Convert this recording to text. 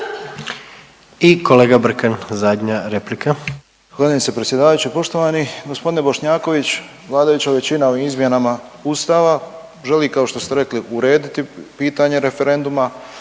I kolega Brkan, zadnja replika. **Brkan, Jure (HDZ)** Zahvaljujem se predsjedavajući. Poštovani gospodine Bošnjaković, vladajuća većina u izmjenama Ustava želi kao što ste rekli urediti pitanje referenduma,